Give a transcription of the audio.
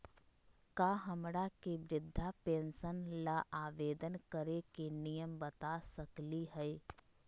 का हमरा के वृद्धा पेंसन ल आवेदन करे के नियम बता सकली हई?